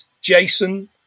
Jason